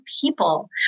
people